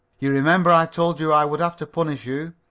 you remember i told you i would have to punish you?